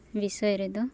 ᱵᱤᱥᱚᱭ ᱨᱮᱫᱚ